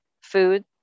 food